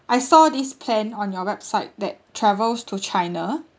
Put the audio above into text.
I saw this plan on your website that travels to china